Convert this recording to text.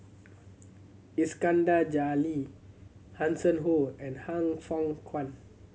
Iskandar Jalil Hanson Ho and Han Fook Kwang